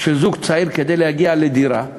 של זוג צעיר כדי להגיע לדירה,